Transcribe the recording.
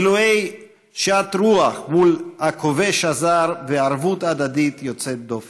גילויי שאר רוח מול הכובש הזר וערבות הדדית יוצאת דופן.